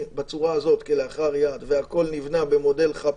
בצורה הזאת כלאחר יד והכול נבנה במודל חאפרי,